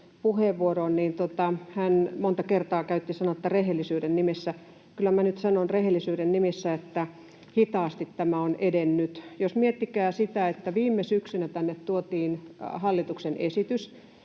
puheenvuoroon. Hän monta kertaa käytti sanoja ”rehellisyyden nimissä”. Kyllä minä nyt sanon rehellisyyden nimissä, että hitaasti tämä on edennyt. Miettikää sitä, että viime syksynä tänne tuotiin hallituksen esitys.